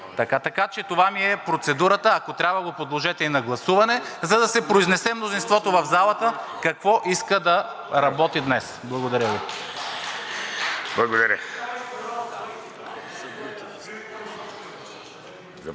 Така че това ми е процедурата. Ако трябва, го подложете и на гласуване, за да се произнесе мнозинството в залата какво иска да работи днес. Благодаря Ви.